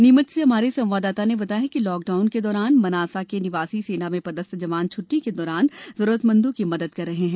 नीमच से हमारे संवाददाता ने बताया है कि लॉकडाउन के दौरान मनासा के निवासी सेना में पदस्थ जवान छटटी के दौरान जरूरतमंदों की मदद कर रहे हैं